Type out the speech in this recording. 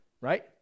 Right